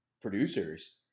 producers